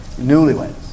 newlyweds